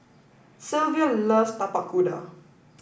Silvia loves Tapak Kuda